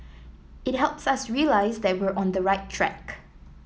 it helps us realise that we're on the right track